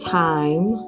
time